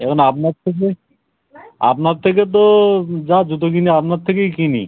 এখন আপনার থেকে আপনার থেকে তো যা জুতো কিনি আপনার থেকেই কিনি